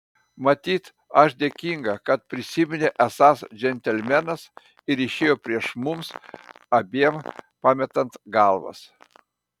matyt aš dėkinga kad prisiminė esąs džentelmenas ir išėjo prieš mums abiem pametant galvas